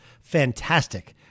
fantastic